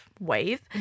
wave